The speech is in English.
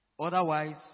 Otherwise